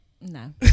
no